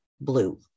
blue